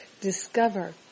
discover